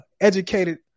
educated